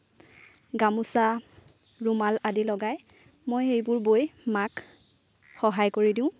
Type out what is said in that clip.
গামোচা ৰুমাল আদি লগায় মই সেইবোৰ বৈ মাক সহায় কৰি দিওঁ